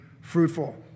fruitful